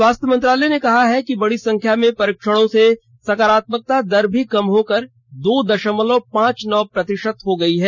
स्वास्थ्य मंत्रालय ने कहा है कि बड़ी संख्या में परीक्षणों से सकारात्मकता दर भी कम होकर दो दशमलव पांच नौ प्रतिशत हो गई है